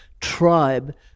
tribe